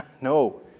No